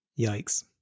Yikes